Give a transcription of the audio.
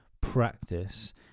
practice